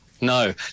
No